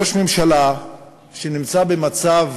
ראש ממשלה שנמצא במצב